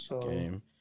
game